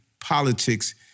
politics